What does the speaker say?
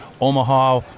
Omaha –